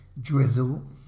drizzle